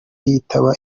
yitaba